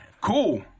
cool